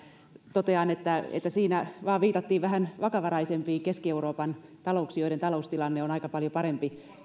totean että että siinä vain viitattiin vähän vakavaraisempiin keski euroopan talouksiin joiden taloustilanne on aika paljon parempi